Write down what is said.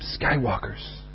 skywalkers